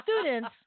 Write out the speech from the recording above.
students